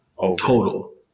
total